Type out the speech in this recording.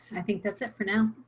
i think that's it for now.